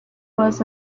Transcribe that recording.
was